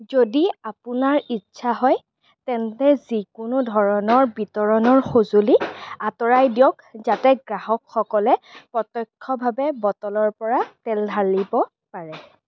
যদি আপোনাৰ ইচ্ছা হয় তেন্তে যিকোনো ধৰণৰ বিতৰণৰ সঁজুলি আঁতৰাই দিয়ক যাতে গ্ৰাহকসকলে প্ৰত্যক্ষভাৱে বটলৰ পৰা তেল ঢালিব পাৰে